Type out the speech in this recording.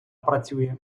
працює